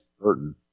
Burton